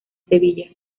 sevilla